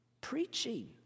Preaching